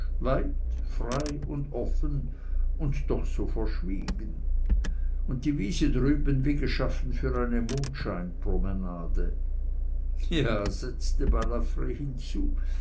weit frei und offen und doch so verschwiegen und die wiese drüben wie geschaffen für eine mondscheinpromenade ja setzte balafr hinzu